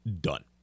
Done